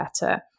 better